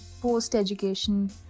post-education